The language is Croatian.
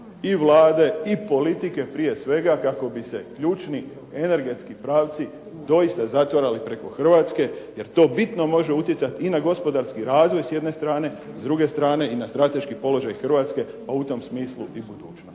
i Vlade i politike prije svega kako bi se ključni energetski pravci doista zatvarali preko Hrvatske jer to bitno može utjecati i na gospodarski razvoj s jedne strane, s druge strane i na strateški položaj Hrvatske pa u tom smislu i budućnost.